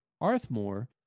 Arthmore